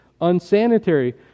unsanitary